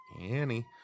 Annie